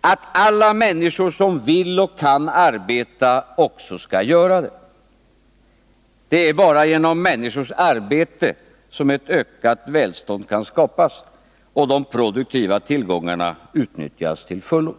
att alla människor som vill och kan arbeta också skall göra det. Det är bara genom människors arbete som ett ökat välstånd kan skapas och de produktiva tillgångarna utnyttjas till fullo.